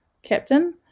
captain